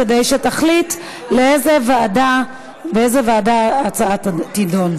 כדי שתחליט באיזו ועדה ההצעה תידון,